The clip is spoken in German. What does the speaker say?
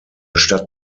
stadt